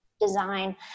design